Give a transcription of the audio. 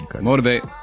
motivate